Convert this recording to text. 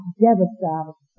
devastated